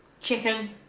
Chicken